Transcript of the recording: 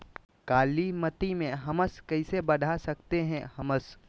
कालीमती में हमस कैसे बढ़ा सकते हैं हमस?